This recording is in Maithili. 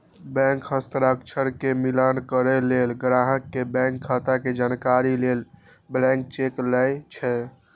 बैंक हस्ताक्षर के मिलान करै लेल, ग्राहक के बैंक खाता के जानकारी लेल ब्लैंक चेक लए छै